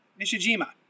Nishijima